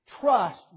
Trust